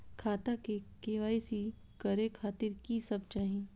खाता के के.वाई.सी करे खातिर की सब चाही?